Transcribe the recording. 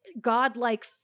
godlike